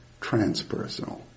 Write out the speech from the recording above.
transpersonal